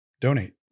donate